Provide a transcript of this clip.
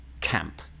camp